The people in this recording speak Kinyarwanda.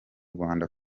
rwanda